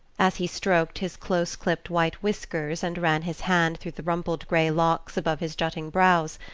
as he stroked his closeclipped white whiskers and ran his hand through the rumpled grey locks above his jutting brows,